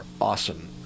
awesome